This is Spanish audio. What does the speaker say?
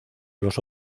los